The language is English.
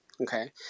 okay